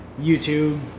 YouTube